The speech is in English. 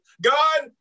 God